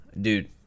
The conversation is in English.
Dude